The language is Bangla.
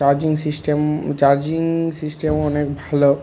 চার্জিং সিস্টেম চার্জিং সিস্টেমও অনেক ভালো